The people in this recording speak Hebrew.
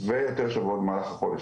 ויותר שבועות במהלך החודש,